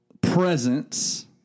presence